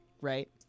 right